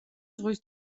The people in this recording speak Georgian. ზღვის